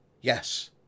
Yes